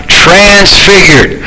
transfigured